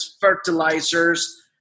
fertilizers